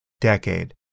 decade